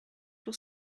will